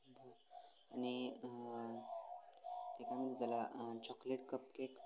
बरं आणि ते काय म्हणतात त्याला चॉकलेट कपकेक